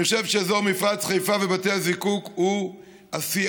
אני חושב שאזור מפרץ חיפה ובתי הזיקוק הוא השיאן.